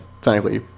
technically